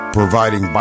providing